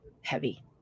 heavy